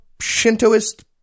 shintoist